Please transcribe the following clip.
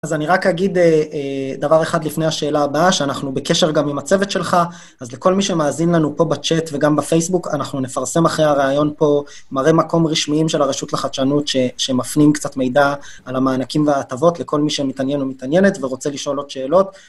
אז אני רק אגיד דבר אחד לפני השאלה הבאה, שאנחנו בקשר גם עם הצוות שלך, אז לכל מי שמאזין לנו פה בצ'אט וגם בפייסבוק, אנחנו נפרסם אחרי הראיון פה מראה מקום רשמיים של הרשות לחדשנות, שמפנים קצת מידע על המענקים וההטבות, לכל מי שמתעניין או מתעניינת ורוצה לשאול עוד שאלות.